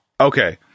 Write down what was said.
Okay